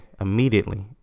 immediately